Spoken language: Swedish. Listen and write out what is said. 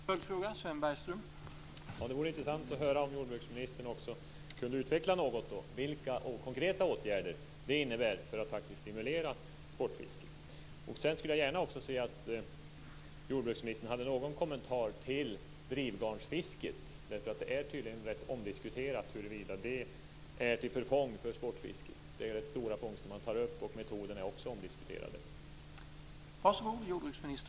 Herr talman! Det vore intressant att höra om jordbruksministern också något kunde utveckla vilka konkreta åtgärder det innebär för att faktiskt stimulera sportfisket. Sedan skulle jag gärna också se att jordbruksministern hade någon kommentar till drivgarnsfisket, därför att det är tydligen rätt omdiskuterat huruvida det är till förfång för sportfisket. Det är ju rätt stora fångster man tar upp, och metoderna är också omdiskuterade.